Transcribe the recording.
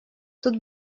тут